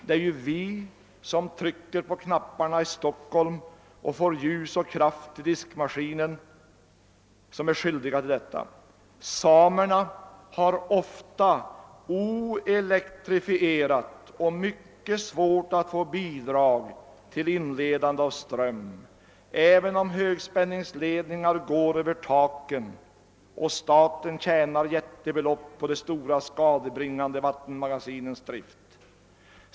Det är ju vi, som trycker på knapparna i Stockholm och får ljus och kraft till diskmaskinen, som är skyldiga till detta. Samerna har ofta oelektrifierat och mycket svårt att få bidrag till inledande av ström, även om högspänningsledningar går över ta ken och staten tjänar jättebelopp på de stora skadebringande vattenmagasinens drift.